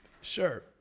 Sure